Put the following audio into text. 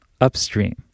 upstream